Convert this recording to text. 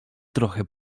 trochę